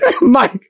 Mike